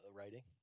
writing